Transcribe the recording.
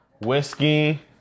Whiskey